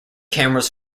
cameras